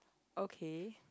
okay